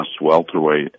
welterweight